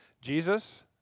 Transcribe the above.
Jesus